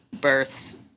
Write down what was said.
births